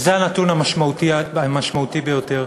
זה הנתון המשמעותי ביותר,